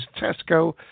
tesco